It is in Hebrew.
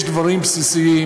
יש דברים בסיסיים,